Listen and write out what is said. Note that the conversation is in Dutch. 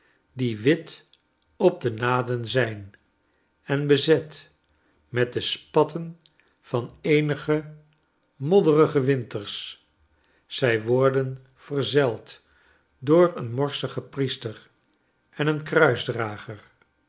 die wit op de naden zijn en bezet met de spatten van eenige modderige winters zij worden verzeld door een morsigen priester en een